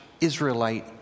Israelite